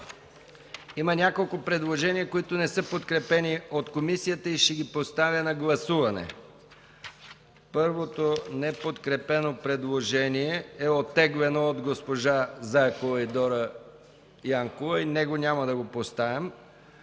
Има няколко предложения, които не са подкрепени от комисията, и ще ги поставя на гласуване. Първото неподкрепено предложение е оттеглено от госпожа Екатерина Заякова и госпожа Дора Янкова и него няма да го поставям